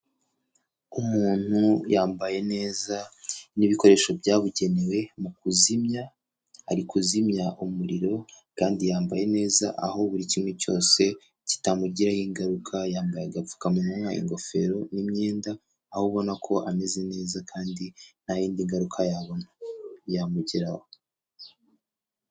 Umuntu yambaye neza n'bikoresho byabugenewe mu kuzimya, ari kuzimya umuriro kandi yambaye neza, aho buri kimwe cyose kitamugiraho ingaruka, yambaye agapfukamunwa ingofero n'imyenda, aho abona ko ameze neza kandi nta yindi ngaruka yabona yamugiraho.